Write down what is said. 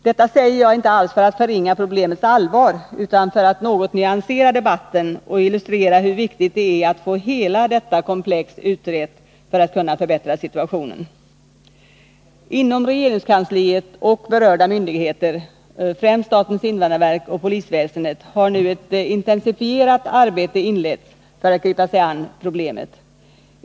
Detta säger jag inte alls för att förringa problemets allvar, utan för att nyansera debatten och illustrera hur viktigt det är att få hela detta komplex utrett för att kunna förbättra situationen. Inom regeringskansliet och berörda myndigheter, främst statens invandrarverk och polisväsendet, har nu ett intensifierat arbete inletts för att gripa sig an problemet.